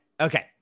okay